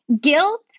guilt